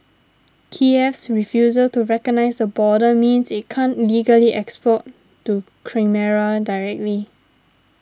Kiev's refusal to recognise the border means it can't legally export to Crimea directly